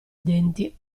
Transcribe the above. denti